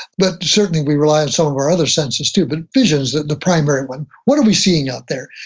but certainly we rely on some of our other senses too, but vision is the the primary one. what are we seeing out there?